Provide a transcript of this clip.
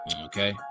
Okay